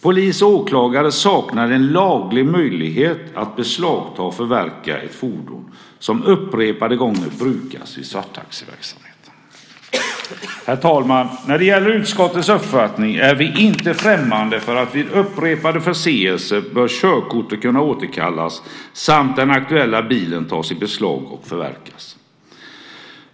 Polis och åklagare saknar en laglig möjlighet att beslagta och förverka ett fordon som upprepade gånger brukas vid svarttaxiverksamhet. Herr talman! Utskottet är inte främmande för att körkortet bör kunna återkallas vid upprepade förseelser samt att den aktuella bilen tas i beslag och förverkas.